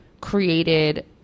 created